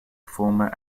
former